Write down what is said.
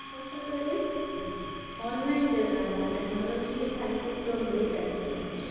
अशे तरेन ऑनलायन जें जाला technology is helping to a great extent